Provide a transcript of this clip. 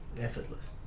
Effortless